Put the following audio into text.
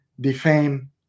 defame